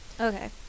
Okay